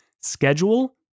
schedule